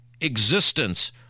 existence